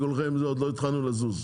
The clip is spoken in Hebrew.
עוד לא התחלנו לזוזו.